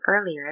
earlier